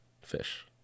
Fish